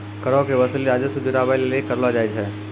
करो के वसूली राजस्व जुटाबै लेली करलो जाय छै